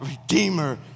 Redeemer